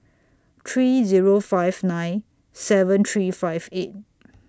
three Zero five nine seven three five eight